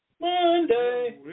Monday